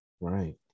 right